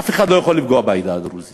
אף אחד לא יכול לפגוע בעדה הדרוזית